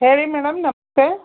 ಹೇಳಿ ಮೇಡಮ್ ನಮಸ್ತೆ